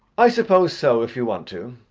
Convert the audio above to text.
i suppose so, if you want to.